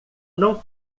não